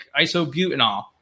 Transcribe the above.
isobutanol